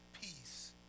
peace